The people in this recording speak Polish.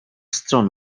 stron